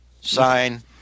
sign